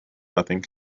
nothing